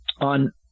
on